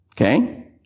Okay